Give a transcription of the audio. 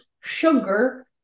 sugar